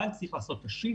אבל כן צריך לעשות את השיפט